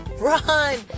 run